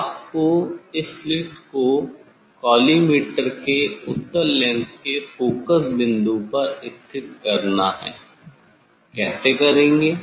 आप को इस स्लिट को कॉलीमेटर के उत्तल लेंस के फोकस बिंदु पर स्थित करना हैं कैसे रखेंगे